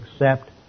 accept